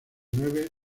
nueve